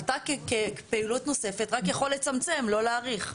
אתה כפעילות נוספת רק יכול לצמצם, לא להאריך.